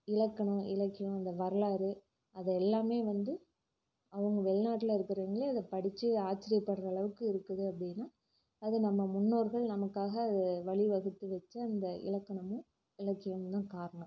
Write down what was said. இலக்கணம் இலக்கியம் இந்த வரலாறு அதை எல்லாமே வந்து அவங்க வெளிநாட்டில இருக்கறவங்களே அதை படிச்சு ஆச்சரியப்படுற அளவுக்கு இருக்குது அப்படின்னா அது நம்ம முன்னோர்கள் நமக்காக அது வழி வகுத்து வச்ச இந்த இலக்கணமும் இலக்கியமும் தான் காரணம்